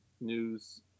news